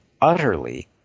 utterly